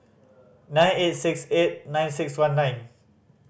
nine eight six eight nine six one nine